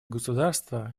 государство